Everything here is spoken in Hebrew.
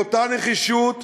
באותה נחישות,